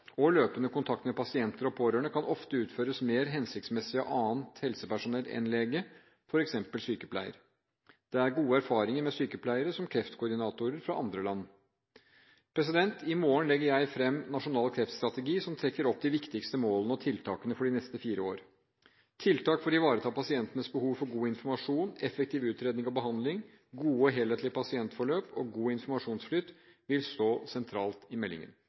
og løpende kontakt med pasienter og pårørende kan ofte utføres mer hensiktsmessig av annet helsepersonell enn lege, f.eks. sykepleier. Det er gode erfaringer fra andre land med sykepleiere som kreftkoordinatorer. I morgen legger jeg fram Nasjonal kreftstrategi, som trekker opp de viktigste målene og tiltakene for de neste fire årene. Tiltak for å ivareta pasientenes behov for god informasjon, effektiv utredning og behandling, gode og helhetlige pasientforløp og god informasjonsflyt vil stå sentralt i meldingen.